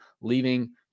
leaving